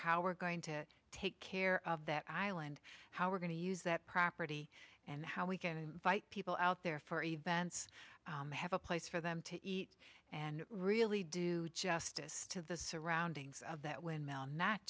how we're going to take care of that island how we're going to use that property and how we can invite people out there for events have a place for them to eat and really do justice to the surroundings of that windmill not